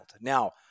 Now